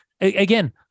again